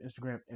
Instagram